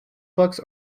books